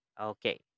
Okay